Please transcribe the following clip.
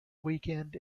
weekend